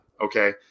Okay